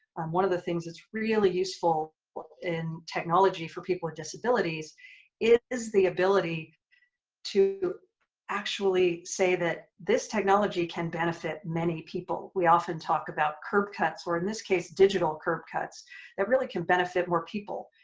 one of the things that's really useful but in technology for people with disabilities it is the ability to actually say that this technology can benefit many people we often talk about curb cuts or in this case digital curb cuts that really can benefit more people.